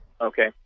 Okay